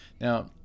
Now